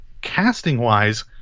Casting-wise